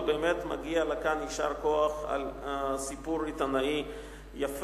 ובאמת מגיע לה כאן יישר כוח על סיפור עיתונאי יפה,